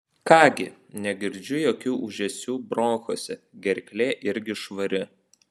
ką gi negirdžiu jokių ūžesių bronchuose gerklė irgi švari